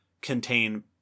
contain